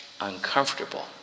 uncomfortable